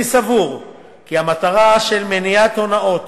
אני סבור כי המטרה של מניעת הונאות